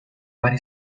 vari